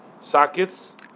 sockets